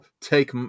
take